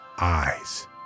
eyes